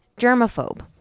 germaphobe